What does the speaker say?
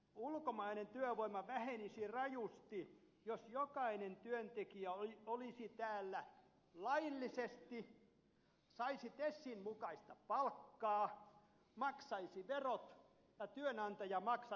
ulkomainen työvoima vähenisi rajusti jos jokainen työntekijä olisi täällä laillisesti saisi tesin mukaista palkkaa maksaisi verot ja työnantaja maksaisi sosiaalikulut